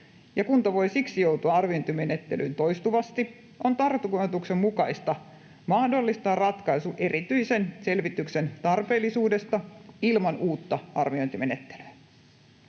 ja kunta voi siksi joutua arviointimenettelyyn toistuvasti, on tarkoituksenmukaista mahdollistaa ratkaisu erityisen selvityksen tarpeellisuudesta ilman uutta arviointimenettelyä.